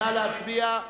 קבוצת סיעת חד"ש,